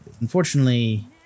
Unfortunately